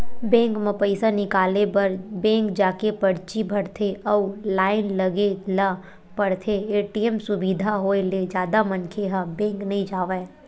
bank म पइसा निकाले बर बेंक जाके परची भरथे अउ लाइन लगे ल परथे, ए.टी.एम सुबिधा होय ले जादा मनखे ह बेंक नइ जावय